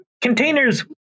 containers